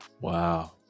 Wow